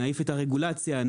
את הרגולציה,